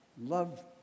love